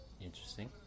interesting